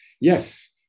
yes